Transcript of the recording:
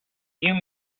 you